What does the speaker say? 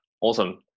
awesome